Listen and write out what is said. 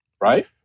right